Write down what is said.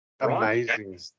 Amazing